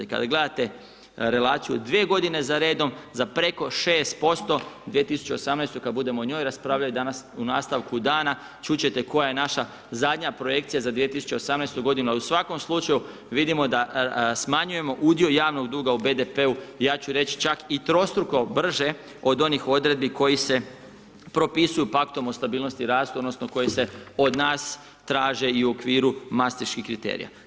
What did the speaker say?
I kada gledate relaciju 2 godine za redom za preko 6%, 2018., kada budemo o njoj raspravljali danas u nastavku dana čuti ćete koja je naša zadnja projekcija za 2018. godinu a u svakom slučaju vidimo da smanjujemo udio javnog duga u BDP-u, ja ću reći čak i trostruko brže od onih odredbi koje se propisuju paktom o stabilnosti i rastu odnosno koji se od nas traže i u okviru mastriških kriterija.